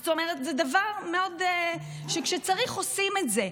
זאת אומרת, זה דבר מאוד, כשצריך עושים את זה.